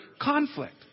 conflict